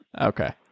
Okay